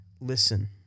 listen